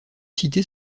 cités